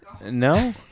No